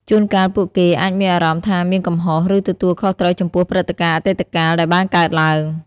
ជួនកាលពួកគេអាចមានអារម្មណ៍ថាមានកំហុស ឬទទួលខុសត្រូវចំពោះព្រឹត្តិការណ៍អតីតកាលដែលបានកើតឡើង។